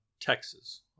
Texas